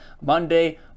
Monday